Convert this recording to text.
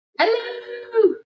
Hello